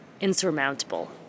insurmountable